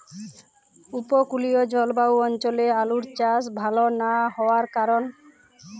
উপকূলীয় জলবায়ু অঞ্চলে আলুর চাষ ভাল না হওয়ার কারণ?